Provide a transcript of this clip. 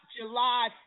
July